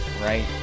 right